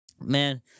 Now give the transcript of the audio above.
Man